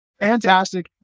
Fantastic